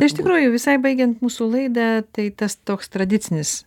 iš tikrųjų visai baigiant mūsų laidą tai tas toks tradicinis